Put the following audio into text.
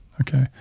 Okay